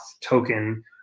token